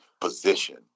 position